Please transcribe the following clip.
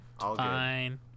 Fine